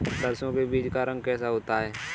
सरसों के बीज का रंग कैसा होता है?